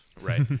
right